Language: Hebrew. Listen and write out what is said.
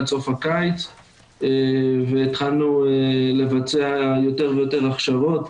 סוף הקיץ והתחלנו לבצע יותר ויותר הכשרות.